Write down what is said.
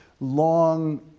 long